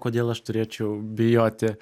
kodėl aš turėčiau bijoti